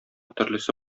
төрлесе